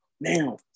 now